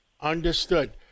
Understood